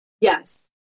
Yes